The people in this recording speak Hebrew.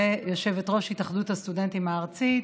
ויושבת-ראש התאחדות הסטודנטים הארצית.